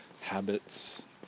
habits